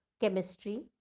Chemistry